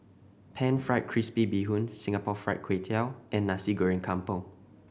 Pan Fried Crispy Bee Hoon Singapore Fried Kway Tiao and Nasi Goreng Kampung